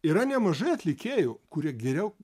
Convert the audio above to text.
yra nemažai atlikėjų kurie geriau